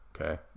Okay